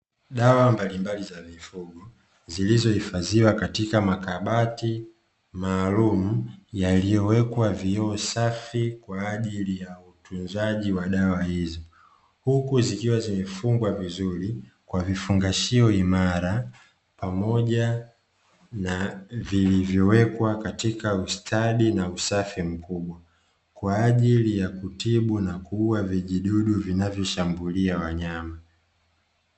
Dawa mbalimbali za mifugo zilizohifadhiwa katika makabati maalumu; yaliyowekwa vioo safi kwa ajili ya utunzaji wa dawa hizo, huku zikiwa zimefungwa vizuri kwa vifungashio imara pamoja na vilivyowekwa katika ustadi na usafi mkubwa, kwa ajili ya kutibu na kuua vijidudu vinavyoshambulia wanyama.